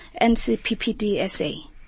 NCPPDSA